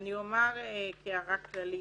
אני אומר כהערה כללית,